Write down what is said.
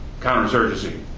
counterinsurgency